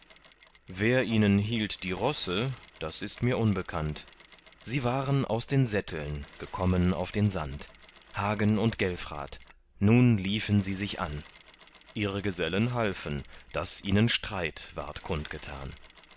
wer ihnen hielt die rosse das ist mir unbekannt sie waren aus den sätteln gekommen auf den sand hagen und gelfrat nun liefen sie sich an ihre gesellen halfen daß ihnen streit ward